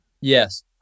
Yes